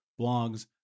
blogs